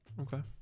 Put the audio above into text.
Okay